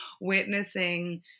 witnessing